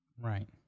Right